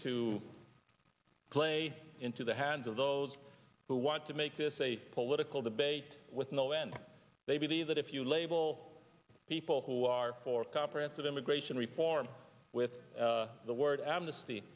to play into the hands of those who want to make this a political debate with no end they believe that if you label people who are for comprehensive immigration reform with the word amnesty